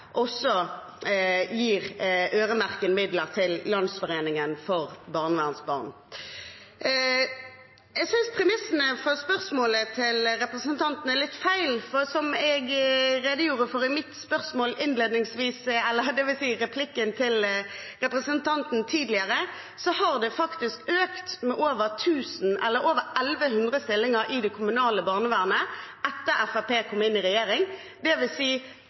også derfor vi i budsjettforliket med Kristelig Folkeparti gir øremerkede midler til Landsforeningen for barnevernsbarn. Jeg synes premissene for spørsmålet fra representanten er litt feil. Som jeg redegjorde for i en replikk til representanten tidligere, har det faktisk vært en økning på over 1 100 stillinger i det kommunale barnevernet etter at Fremskrittspartiet kom inn i regjering,